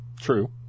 True